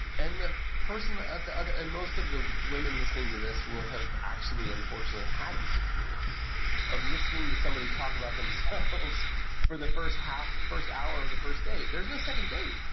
and the person at the other and most of the women listening to this will have actually, unfortunately, had this experience of listening to somebody talk about themselves for the first half, first hour of the first date. there's no second date.